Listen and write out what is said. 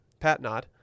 Patnod